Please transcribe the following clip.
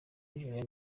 nigeria